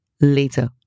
later